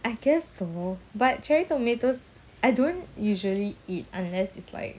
I guess so but cherry tomatoes I don't usually eat unless it's like